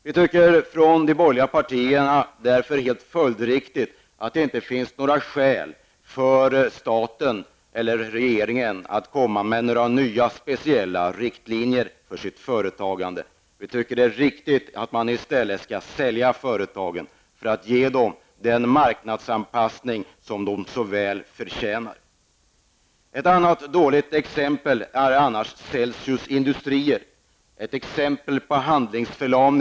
Vi i de borgerliga partierna tycker därför helt följdriktigt att det inte finns några skäl för staten eller för regeringen att ge nya, speciella riktlinjer för sitt företagande. I stället bör man sälja företagen för att ge dem den marknadsanpassning som de så väl förtjänar. Ett exempel på handlingsförlamning gäller Celsius Industrier AB.